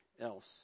else